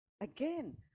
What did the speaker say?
again